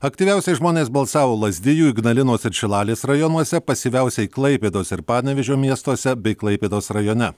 aktyviausiai žmonės balsavo lazdijų ignalinos ir šilalės rajonuose pasyviausiai klaipėdos ir panevėžio miestuose bei klaipėdos rajone